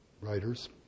writers